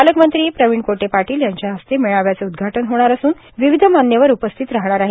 पालकमंत्री प्रवीण पोटे पाटील यांच्या हस्ते मेळाव्याचे उद्घाटन होणार असून विविध मान्यवर उपस्थित राहणार आहेत